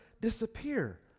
disappear